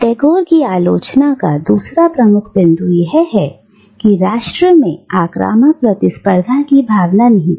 टैगोर की आलोचना का दूसरा प्रमुख बिंदु यह है कि राष्ट्र में आक्रामक प्रतिस्पर्धा की भावना निहित है